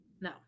No